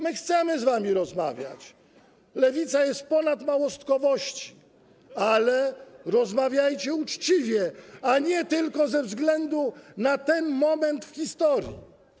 My chcemy z wami rozmawiać, Lewica jest ponad małostkowością, ale rozmawiajcie uczciwie, a nie tylko ze względu na ten moment w historii.